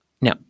Now